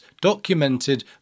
documented